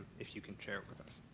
if you can share it with us?